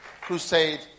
crusade